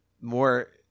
more